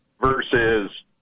versus